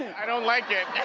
i don't like it!